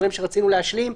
דברים שרצינו להשלים,